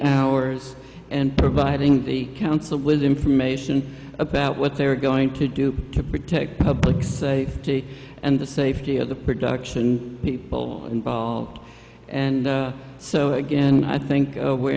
hours and providing the council with information about what they're going to do to protect public safety and the safety of the production people involved and so again i think where